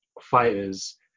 fighters